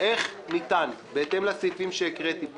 איך ניתן, בהתאם לסעיפים שהקראתי פה,